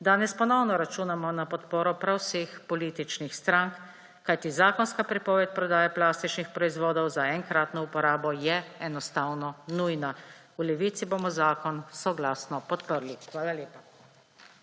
Danes ponovno računamo na podporo prav vseh političnih strank, kajti zakonska prepoved prodaje plastičnih proizvodov za enkratno uporabo je enostavno nujna. V Levici bomo zakon soglasno podprli. Hvala lepa.